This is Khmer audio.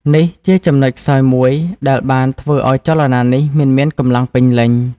នេះជាចំណុចខ្សោយមួយដែលបានធ្វើឱ្យចលនានេះមិនមានកម្លាំងពេញលេញ។